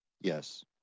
yes